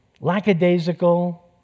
lackadaisical